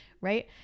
right